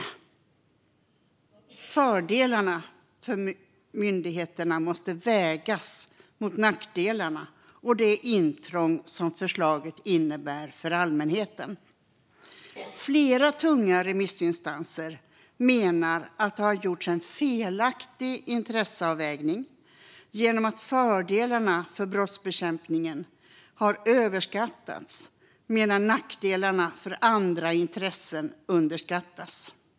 Men fördelarna för myndigheterna måste vägas mot nackdelarna och det intrång som förslaget innebär för allmänheten. Flera tunga remissinstanser menar att det har gjorts en felaktig intresseavvägning genom att fördelarna för brottsbekämpningen har överskattats medan nackdelarna för andra intressen har underskattats.